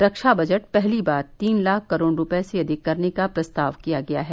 रक्षा budget पहली बार तीन लाख करोड़ रूपये से अधिक करने का प्रस्ताव किया गया है